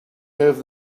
have